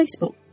Facebook